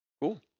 Cool